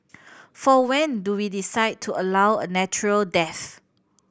for when do we decide to allow a natural death